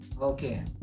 Okay